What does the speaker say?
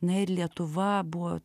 na ir lietuva buvo